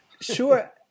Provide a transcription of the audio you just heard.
Sure